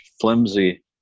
flimsy